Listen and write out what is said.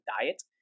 diet